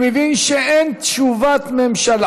אני מבין שאין תשובת ממשלה,